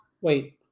Wait